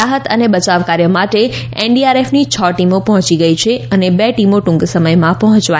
રાહત અને બચાવ કાર્ય માટે એનડીઆરએફની છ ટીમો પહોંચી ગઇ છે અને બે ટૂંક સમયમાં પહોંચશે